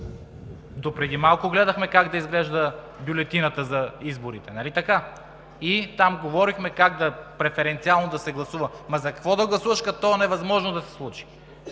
Допреди малко гледахме как да изглежда бюлетината за изборите. Нали, така? Там говорихме как преференциално да се гласува. За какво да гласуваш, като то е невъзможно да се случи?